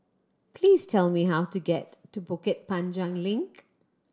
please tell me how to get to Bukit Panjang Link